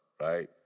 right